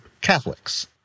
Catholics